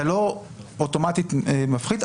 אתה לא אוטומטית מפחית,